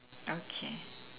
okay